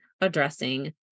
addressing